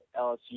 LSU